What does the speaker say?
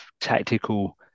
tactical